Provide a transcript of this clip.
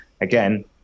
again